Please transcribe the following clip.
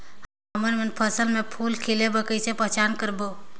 हमन मन फसल म फूल खिले बर किसे पहचान करबो?